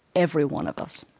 every one of us.